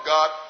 God